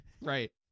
Right